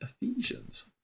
Ephesians